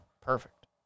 Perfect